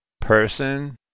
person